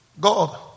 God